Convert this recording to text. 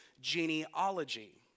genealogy